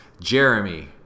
Jeremy